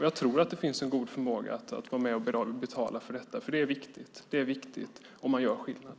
Jag tror att det finns en god förmåga att vara med och betala för detta, för det är viktigt, och man gör skillnad.